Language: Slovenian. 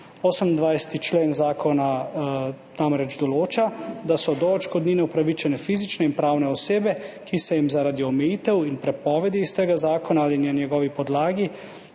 28. člen zakona namreč določa, da so do odškodnine upravičene fizične in pravne osebe, ki se jim zaradi omejitev in prepovedi iz tega zakona ali na njegovi podlagi